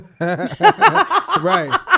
Right